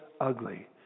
ugly